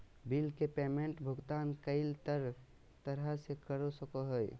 bill के payment भुगतान कई तरह से कर सको हइ